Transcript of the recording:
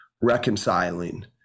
reconciling